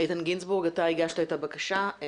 איתן גינזבורג, אתה הגשת את הבקשה.